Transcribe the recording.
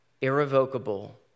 irrevocable